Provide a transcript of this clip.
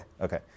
okay